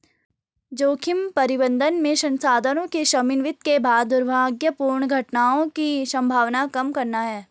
जोखिम प्रबंधन में संसाधनों के समन्वित के बाद दुर्भाग्यपूर्ण घटनाओं की संभावना कम करना है